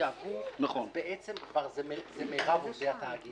יעברו, בעצם זה מרב עובדי התאגיד.